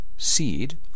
seed